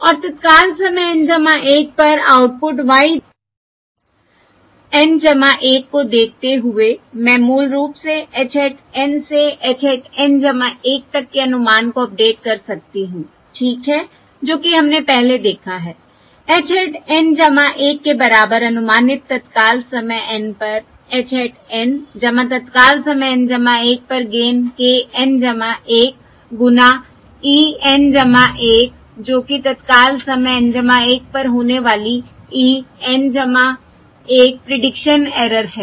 और तत्काल समय N 1 पर आउटपुट y N 1 को देखते हुए मैं मूल रूप से h hat N से h hat N 1 तक के अनुमान को अपडेट कर सकती हूं ठीक है जो कि हमने पहले देखा है h hat N 1 के बराबर अनुमानित तत्काल समय N पर h hat N तत्काल समय N 1पर गेन k N 1 गुना e N 1 जो कि तत्काल समय N 1 पर होने वाली e N 1 प्रीडिक्शन एरर है